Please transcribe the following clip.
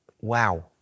Wow